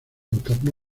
entornó